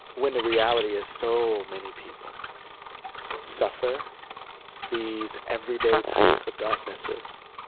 when the reality is, so many people suffer these everyday types of darknesses.